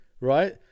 right